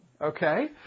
Okay